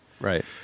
Right